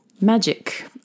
magic